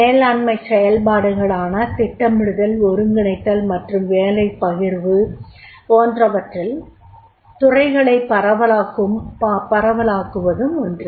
மேலாண்மைச் செயல்பாடுகளான திட்டமிடுதல் ஒருங்கிணைத்தல் மற்றும் வேலைப்பகிர்வு போன்றவற்றில் துறைகளைப் பரவலாக்குவதும் ஒன்று